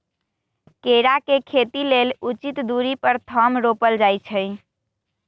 केरा के खेती लेल उचित दुरी पर थम रोपल जाइ छै